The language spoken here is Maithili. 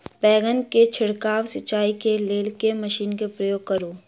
बैंगन केँ छिड़काव सिचाई केँ लेल केँ मशीन केँ प्रयोग करू?